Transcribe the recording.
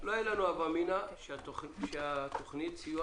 לא הייתה לנו הבא המינא שתוכנית הסיוע